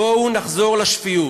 בואו נחזור לשפיות.